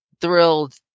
thrilled